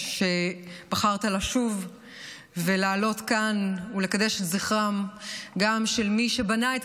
שבחרת לשוב ולהעלות כאן ולקדש את זכרם גם של מי שבנה את